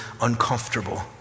uncomfortable